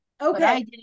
Okay